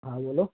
હા બોલો